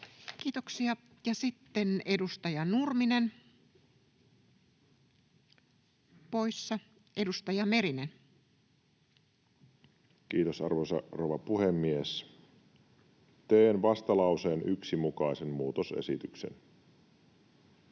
Kiitoksia. — Ja sitten edustaja Nurminen, poissa. — Edustaja Merinen. Kiitos, arvoisa rouva puhemies! Teen vastalauseen 1 mukaisen muutosesityksen.